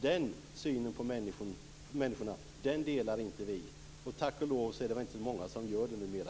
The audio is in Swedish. Den synen på människorna delar inte vi. Tack och lov är det väl inte så många som gör det numera.